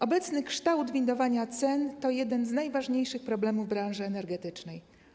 Obecny kształt windowania cen to jeden z najważniejszych problemów branży energetycznej.